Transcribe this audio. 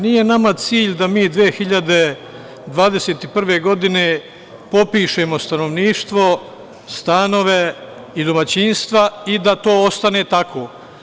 Nije nama cilj da mi 2021. godine popišemo stanovništvo, stanove i domaćinstva i da to ostane tako.